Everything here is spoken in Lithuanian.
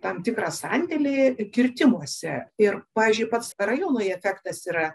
tam tikrą sandėlį kirtimuose ir pavyzdžiui pats rajonui efektas yra